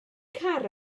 car